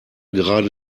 gerade